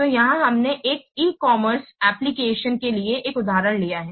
तो यहां हमने एक ई कॉमर्स एप्लिकेशन के लिए यह उदाहरण लिया है